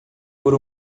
por